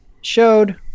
showed